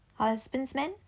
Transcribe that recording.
husbandsmen